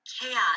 chaos